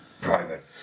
private